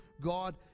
god